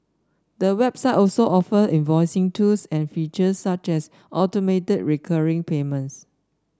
the website also offer invoicing tools and features such as automated recurring payments